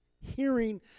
hearing